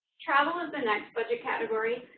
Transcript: travel is the next budget category.